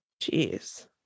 Jeez